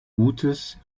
gutes